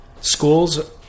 schools